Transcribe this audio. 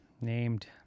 named